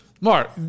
Mark